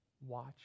Watch